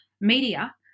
media